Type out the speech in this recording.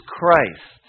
Christ